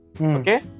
Okay